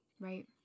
right